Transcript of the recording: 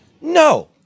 No